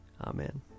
Amen